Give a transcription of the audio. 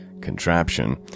contraption